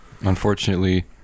Unfortunately